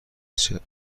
چیپس